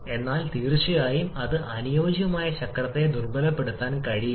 എന്തുകൊണ്ട് ഇപ്പോഴും ചിലത് ഉണ്ട് വ്യത്യാസം